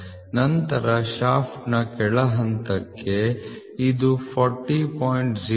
ನಂತರ ಶಾಫ್ಟ್ನ ಕೆಳ ಹಂತಕ್ಕೆ ಇದು 40